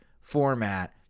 format